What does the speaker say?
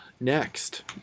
next